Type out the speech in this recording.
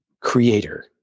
Creator